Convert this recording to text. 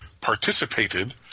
participated